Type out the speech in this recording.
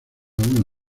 una